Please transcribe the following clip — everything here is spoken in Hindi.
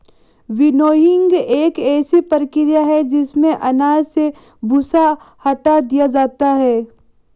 विनोइंग एक ऐसी प्रक्रिया है जिसमें अनाज से भूसा हटा दिया जाता है